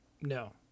No